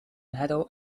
narrow